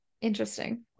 Interesting